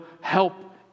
help